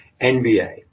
NBA